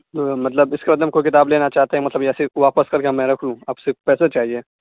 مطلب اس کے بدلے میں کوئی کتاب لینا چاہتے ہیں مطلب یا صرف واپس کر کے میں رکھ لوں اب صرف پیسہ چاہیے